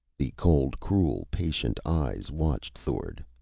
the cold, cruel, patient eyes watched thord.